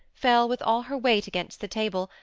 fell with all her weight against the table,